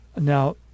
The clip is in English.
Now